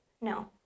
No